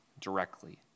directly